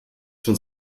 schon